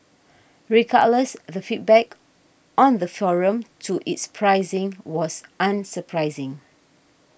regardless the feedback on the forum to it's pricing was unsurprising